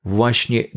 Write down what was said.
Właśnie